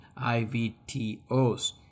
IVTOs